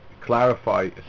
clarify